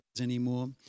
anymore